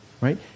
right